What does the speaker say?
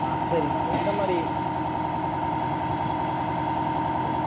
ஆ சரிம்மா எந்த மாதிரி சரி